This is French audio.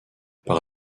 par